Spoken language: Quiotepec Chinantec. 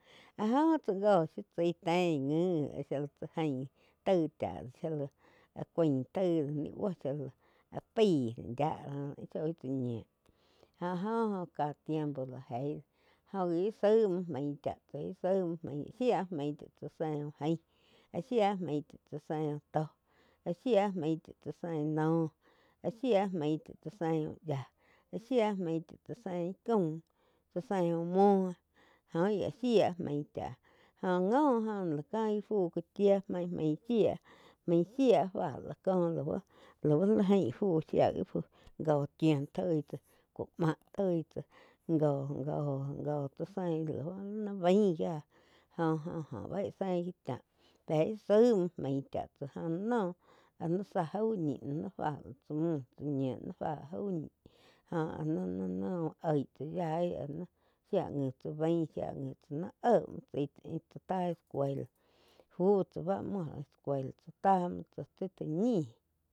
Áh jo tsá jo shiu chái tein ngi shía la tsá jain taig chá shía láh áh cuain taig do ni buoh áh paih do yíah jóh íh shoi tsá ñiu jo-jo óh ká tiempo la jei joh gi íh saig muo maih cáh tsáh lá saigg muo maih áh shía maig chá tsáh zein úh jain áh shía maig chá tsá zein úh tóh áh shía main cha tsá sein nóo áh shía main chá tsáh sein úh yíah áh shía main chá tsá sein íh caum tsá sein úh muo joh gi áh shía main cháh joh ngo oh ná la cain fu cáh chía maig main shíah main shía fá la cú lau li jain fu shia gi góh chiun toi tsá ku máh toi tsá jo-jo chá sein li baíh gía joh-joh bá ih sein chá pe íh saig muo maig cha tsáh jóh la noh áh ni záh jau ñi ni fá la tsá muh la tsá ñiu ni fá jau ñih joh áh ni-ni úh oig tsá yaí áh ni shíah ngi tsá bain shia ngi tsá nain éh muo tsái chá taig escuela fu cha muo oh escuela chá ta muo tsa ti ta ñi.